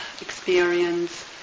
experience